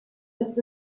ist